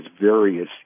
various